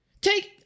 Take